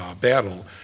battle